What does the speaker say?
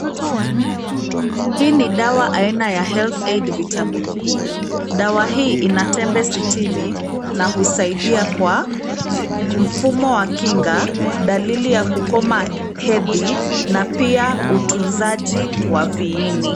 Hii ni dawa aina ya health aid vitamin E . Dawa hii ina tembe sitini, na husaidia kwa mfumo wa kinga, dalili ya kukoma hedhi, na pia utunzaji wa viini.